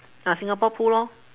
ah singapore pool lor